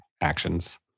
actions